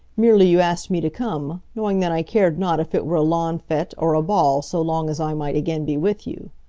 merely you asked me to come, knowing that i cared not if it were a lawn fete or a ball, so long as i might again be with you.